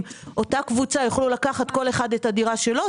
אותה קבוצה יוכלו לקחת כל אחד את הדירה שלו,